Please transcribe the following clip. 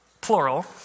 plural